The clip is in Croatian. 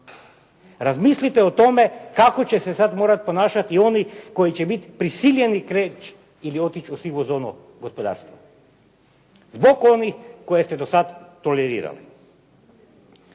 Razmislite o tome kako će se sad morati ponašati oni koji će biti prisiljeni krenuti ili otići u sivu zonu gospodarstva zbog onih koje ste do sada tolerirali.